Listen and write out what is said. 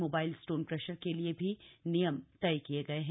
mobile stone crusher के लिए भी नियम तय किए गए हैं